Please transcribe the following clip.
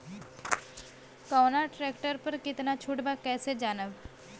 कवना ट्रेक्टर पर कितना छूट बा कैसे जानब?